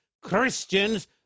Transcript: Christians